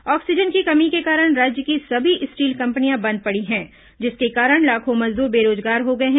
oxygen की कमी के कारण राज्य की सभी स्टील कंपनियां बंद पड़ी हैं जिसके कारण लाखों मजदूर बेरोजगार हो गए हैं